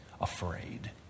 afraid